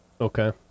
okay